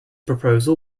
proposal